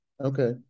Okay